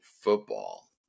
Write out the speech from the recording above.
football